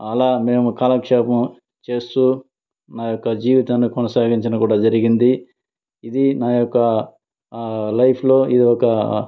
అలా మేము కాలక్షేపము చేస్తూ మా యొక్క జీవితాన్ని కొనసాగించడం జరిగింది ఇది నా యొక్క లైఫ్లో ఇది ఒక